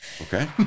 okay